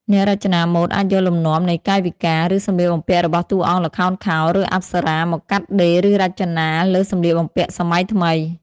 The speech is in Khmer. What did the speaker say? អ្នករចនាម៉ូដអាចយកលំនាំនៃកាយវិការ ឬសំលៀកបំពាក់របស់តួអង្គល្ខោនខោល ឬអប្សរា មកកាត់ដេរឬរចនាលើសម្លៀកបំពាក់សម័យថ្មី។